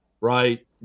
right